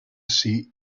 see